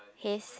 his